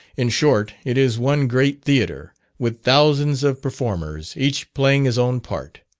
in short, it is one great theatre, with thousands of performers, each playing his own part.